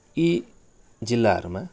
यी जिल्लाहरूमा